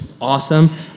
awesome